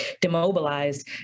demobilized